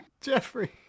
Jeffrey